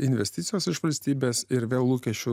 investicijos iš valstybės ir vėl lūkesčių